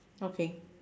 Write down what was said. okay